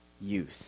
use